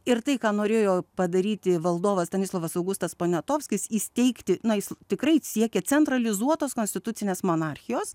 ir tai ką norėjo padaryti valdovas stanislovas augustas poniatovskis įsteigti na jis tikrai siekia centralizuotos konstitucinės monarchijos